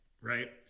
right